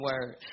word